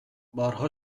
بارها